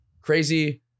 crazy